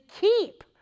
keep